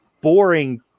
boring